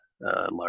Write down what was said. large